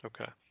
Okay